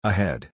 Ahead